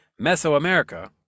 Mesoamerica